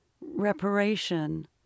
reparation